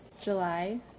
July